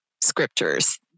scriptures